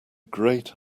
great